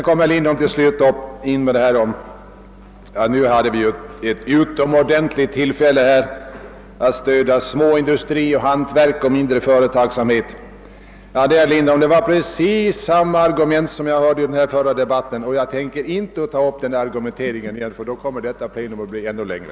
Herr Lindholm sade vidare att nu hade de borgerliga ett utomordentligt tillfälle att stödja småindustri, hantverk och mindre företagsamhet. Det är samma argument som vi hörde i debatten för någon tid sedan, och jag tänker inte ta upp dem till diskussion igen. Då kommer detta plenum att bli ännu längre.